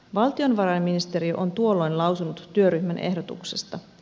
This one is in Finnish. valtiovarainministeriö on tuolloin lausunut työryhmän ehdotuksesta